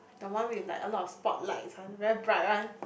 the one with like a lot of spot lights one very bright one